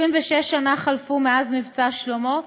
26 שנה חלפו מאז מבצע שלמה,